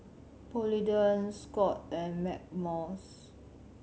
Polident Scott and Blackmores